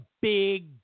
big